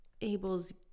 Abel's